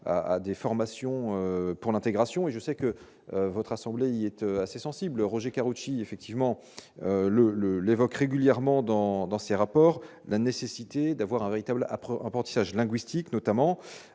à des formations pour l'intégration et je sais que votre assemblée, il était assez sensible, Roger Karoutchi, effectivement le le l'évoque régulièrement dans dans ses rapports, la nécessité d'avoir un véritable après emporte Serge linguistique, notamment,